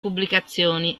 pubblicazioni